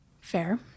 Fair